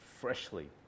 freshly